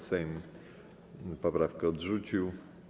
Sejm poprawkę odrzucił.